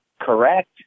correct